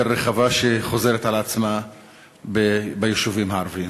רחבה וחוזרת על עצמה ביישובים הערביים.